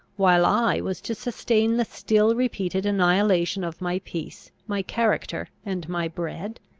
while i was to sustain the still-repeated annihilation of my peace, my character, and my bread?